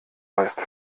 weißt